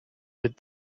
with